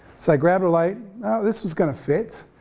so i grabbed a light, now this was gonna fit.